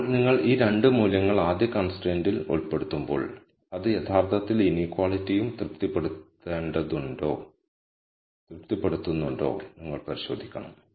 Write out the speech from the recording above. ഇപ്പോൾ നിങ്ങൾ ഈ 2 മൂല്യങ്ങൾ ആദ്യ കൺസ്ട്രൈൻറ്ൽ ഉൾപ്പെടുത്തുമ്പോൾ അത് യഥാർത്ഥത്തിൽ ഇനീക്വാളിറ്റിയും തൃപ്തിപ്പെടുത്തുന്നുണ്ടോയെന്ന് നിങ്ങൾ പരിശോധിക്കും